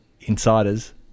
Insiders